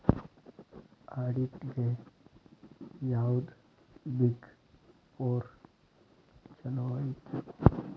ಆಡಿಟ್ಗೆ ಯಾವ್ದ್ big four ಚಲೊಐತಿ?